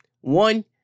one